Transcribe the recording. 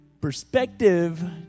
Perspective